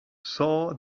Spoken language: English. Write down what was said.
saw